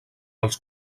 als